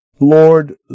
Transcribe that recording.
Lord